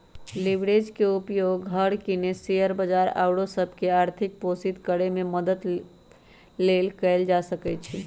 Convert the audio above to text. leverage के उपयोग घर किने, शेयर बजार आउरो सभ के आर्थिक पोषित करेमे मदद लेल कएल जा सकइ छै